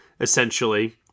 essentially